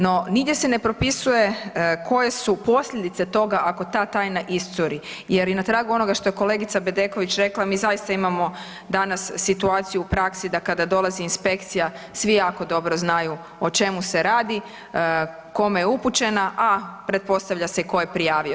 No, nigdje se ne propisuje koje su posljedice, ako ta tajna iscuri, jer i na tragu onoga što je kolegica Bedeković rekla, mi zaista imamo danas situaciju u praksi da kada dolazi inspekcija svi jako dobro znaju o čemu se radi, kome je upućena, a pretpostavlja se i tko je prijavio,